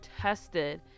tested